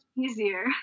easier